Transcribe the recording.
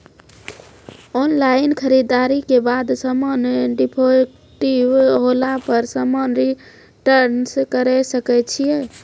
Online खरीददारी के बाद समान डिफेक्टिव होला पर समान रिटर्न्स करे सकय छियै?